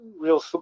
real